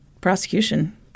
prosecution